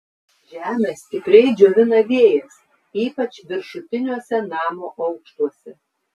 žemę stipriai džiovina vėjas ypač viršutiniuose namo aukštuose